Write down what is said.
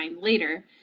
later